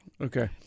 Okay